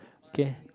K